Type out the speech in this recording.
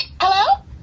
Hello